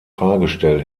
fahrgestell